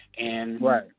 Right